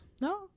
No